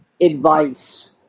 advice